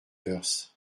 woerth